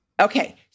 Okay